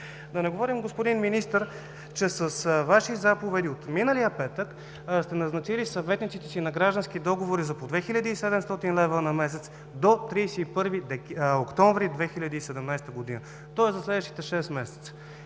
Да не говорим, господин Министър, че с Ваши заповеди от миналия петък сте назначили съветниците си на граждански договори за по 2700 лв. на месец до 31 октомври 2017 г., тоест за следващите шест месеца,